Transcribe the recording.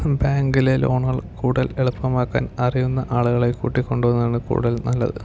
ബാങ്കിലെ ലോണുകൾ കൂടുതൽ എളുപ്പമാക്കാൻ അറിയുന്ന ആളുകളെ കൂട്ടിക്കൊണ്ടോവുന്നതാണ് കൂടുതൽ നല്ലത്